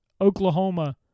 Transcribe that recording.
Oklahoma